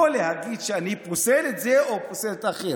לא להגיד שאני פוסל את זה או פוסל את האחר.